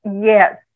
Yes